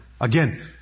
Again